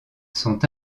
sont